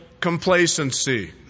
complacency